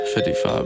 55